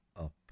up